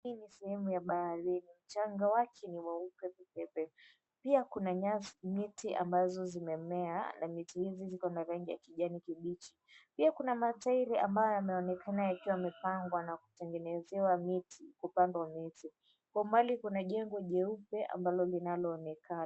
Hii ni sehemu ya baharini. Mchanga wake ni mweupe pepepe, pia kuna nyasi, miti ambazo zimemea na miti hizi ziko na rangi ya kijani kibichi. Pia kuna matairi ambayo yameonekana yakiwa yamepangwa na kutengenezewa miti kupandwa miti, Kwa umbali kuna jengo jeupe ambalo linaloonekana.